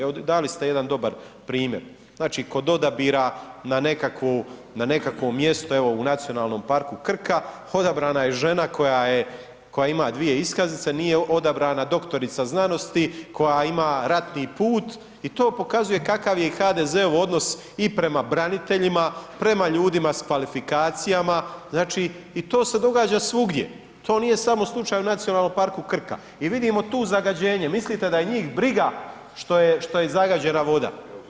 Evo, dali ste jedan dobar primjer, znači, kod odabira na nekakvo mjesto, evo u Nacionalnom parku Krka, odabrana je žena koja ima dvije iskaznice, nije odabrana doktorica znanosti koja ima ratni put i to pokazuje kakav je HDZ-ov odnos i prema braniteljima, prema ljudima s kvalifikacijama, znači, i to se događa svugdje, to nije samo slučaj u Nacionalnom parku Krka i vidimo tu zagađenje, mislite da je njih briga što je zagađena voda?